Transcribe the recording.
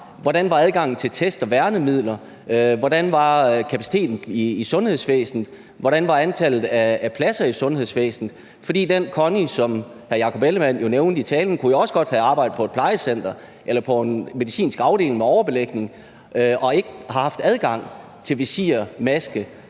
hvordan var adgangen til test og værnemidler; hvordan var kapaciteten i sundhedsvæsenet; hvordan var antallet af pladser i sundhedsvæsenet? For Connie, som hr. Jakob Ellemann-Jensen nævnte i talen, kunne jo også godt have arbejdet på et plejecenter eller på en medicinsk afdeling med overbelægning og ikke have haft adgang til visirer, masker,